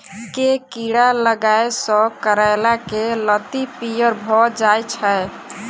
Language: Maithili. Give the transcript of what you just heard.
केँ कीड़ा लागै सऽ करैला केँ लत्ती पीयर भऽ जाय छै?